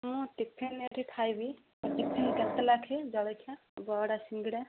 ମୁଁ ଟିଫିନ୍ ଏଠି ଖାଇବି ଟିଫିନ୍ କେତେ ଲେଖାଏଁ ଜଳଖିଆ ବରା ସିଙ୍ଗଡ଼ା